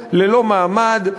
ללא מעמד,